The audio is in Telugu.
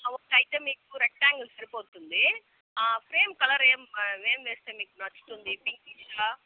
అంటే మీకు రెక్టయాంగల్ సరిపోతుంది ఫ్రేమ్ కలర్ ఏం ఏం వేస్తే మీకు నచ్చుతుంది పింకిషా